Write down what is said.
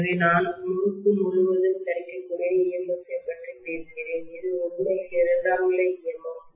எனவே நான் முறுக்கு முழுவதும் கிடைக்கக்கூடிய EMF பற்றி பேசுகிறேன் இது உண்மையில் இரண்டாம் நிலை EMF